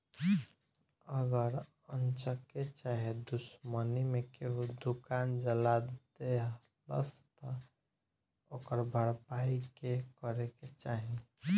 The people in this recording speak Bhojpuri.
अगर अन्चक्के चाहे दुश्मनी मे केहू दुकान जला देलस त ओकर भरपाई के करे के चाही